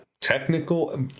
technical